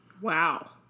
Wow